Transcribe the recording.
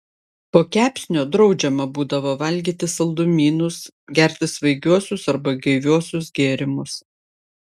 po kepsnio draudžiama būdavo valgyti saldumynus gerti svaigiuosius arba gaiviuosius gėrimus